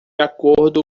acordo